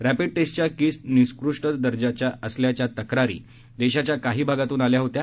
rapid टेस्टच्या kits निकृष्ट दर्जाच्या असल्याच्या तक्रारी देशाच्या काही भागातून आल्या होत्या